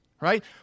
Right